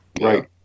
Right